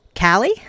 Callie